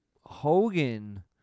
Hogan